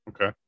Okay